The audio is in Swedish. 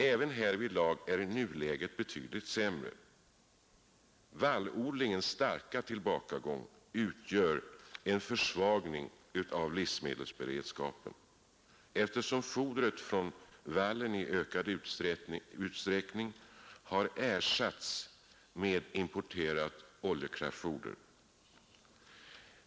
Även härvidlag är nuläget betydligt sämre. Vallodlingens starka tillbakagång utgör en försvagning av livsmedelsberedskapen, eftersom fodret från vallen i ökad utsträckning har ersatts med importerat oljekraftfoder.